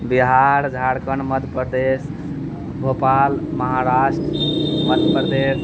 बिहार झारखण्ड मध्यप्रदेश भोपाल महाराज मध्यप्रदेश